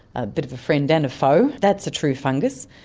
a bit of a friend and a foe, that's a true fungus.